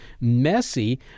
messy